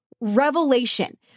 revelation